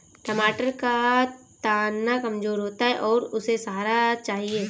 टमाटर का तना कमजोर होता है और उसे सहारा चाहिए